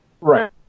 Right